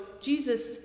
Jesus